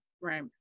Right